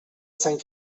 sant